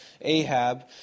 Ahab